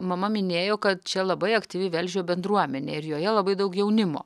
mama minėjo kad čia labai aktyvi velžio bendruomenė ir joje labai daug jaunimo